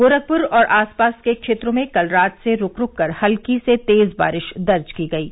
गोरखपुर और आसपास के क्षेत्रों में कल रात से रूक रूक कर हल्की से तेज बारिश दर्ज की गयी